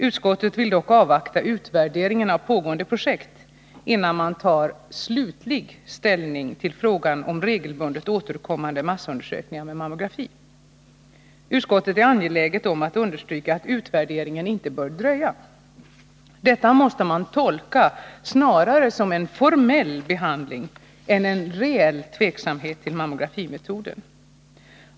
Utskottet vill dock avvakta utvärderingen av pågående projekt innan man tar slutlig ställning till frågan om regelbundet återkommande massundersökningar med mammografi. Utskottet är angeläget om att understryka att utvärderingen inte bör dröja. Detta måste man tolka snarare som uttryck för en formell behandlingsgång än för en tveksamhet till mammografimetoden.